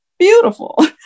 beautiful